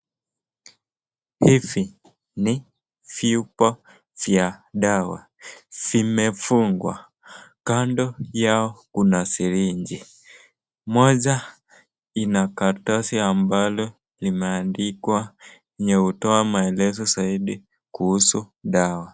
Hivi ni vyupa vya dawa vimefungwa. Kando yao kuna srinji. Moja ina karatasi ambalo limeandikwa yenye hutoa maelezo zaidi kuhusu dawa.